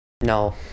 No